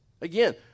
Again